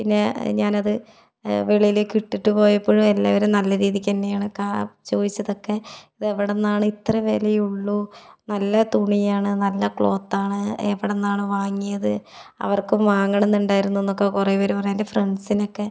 പിന്നെ ഞാനത് വെളിയിലേക്ക് ഇട്ടിട്ട് പോയപ്പോഴും എല്ലാവരും നല്ലരീതിക്ക് തന്നെയാണ് കാ ചോദിച്ചതൊക്കെ ഇതെവിടുന്നാണ് ഇത്ര വിലയെ ഉള്ളോ നല്ല തുണിയാണ് നല്ല ക്ലോത്താണ് എവിടെ നിന്നാണ് വാങ്ങിയത് അവർക്കും വാങ്ങണമെന്ന് ഉണ്ടായിരുന്നുവെന്നൊക്കെ കുറെ പേർ പറഞ്ഞു എൻ്റെ ഫ്രണ്ട്സിനൊക്കെ